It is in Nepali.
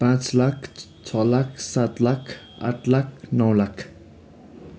पाँच लाख छ लाख सात लाख आठ लाख नौ लाख